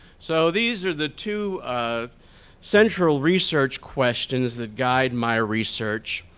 so these are the two central research questions that guide my research.